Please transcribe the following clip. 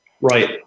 Right